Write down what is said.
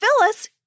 Phyllis